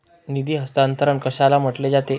निधी हस्तांतरण कशाला म्हटले जाते?